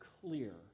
clear